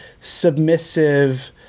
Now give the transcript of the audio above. submissive